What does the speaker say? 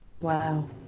Wow